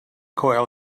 coil